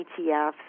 ETFs